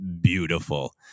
beautiful